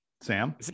Sam